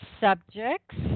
subjects